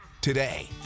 today